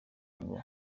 ngo